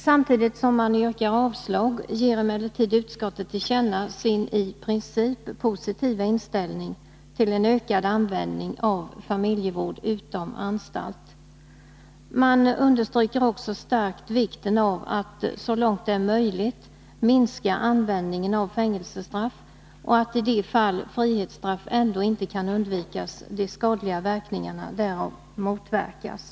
Samtidigt som man yrkar avslag ger emellertid utskottet till känna sin i princip positiva inställning till en ökad användning av familjevård utom anstalt. Man understryker också starkt vikten av att så långt det är möjligt minska användningen av fängelsestraff och att, i de fall frihetsstraff ändå inte kan undvikas, de skadliga verkningarna därav motverkas.